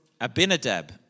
Abinadab